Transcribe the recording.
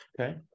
Okay